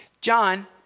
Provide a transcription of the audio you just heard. John